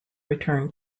return